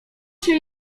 się